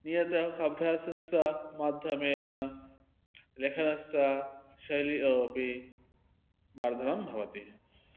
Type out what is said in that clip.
नियताभ्यासस्य माध्यमेन लेखनस्य शैली अपि वर्धनं भवति